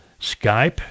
Skype